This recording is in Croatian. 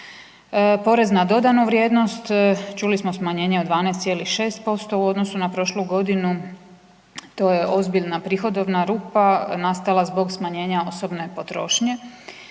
Porez na dodanu vrijednost, čuli smo smanjenje od 12,6% u odnosu na prošlu godinu, to je ozbiljna prihodovna rupa nastala zbog smanjenja osobne potrošnje,